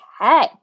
Okay